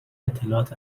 اطلاعات